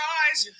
eyes